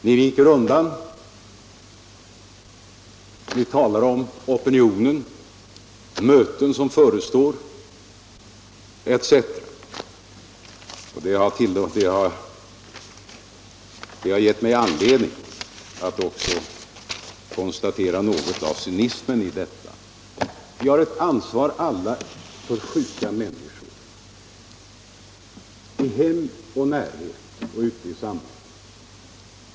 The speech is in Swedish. Ni viker undan, ni talar om opinionen, om möten som förestår etc., och det har gett mig anledning att också konstatera något av cynismen i detta. Vi har alla ett ansvar för sjuka människor i hem, i vår närhet, ute i samhället.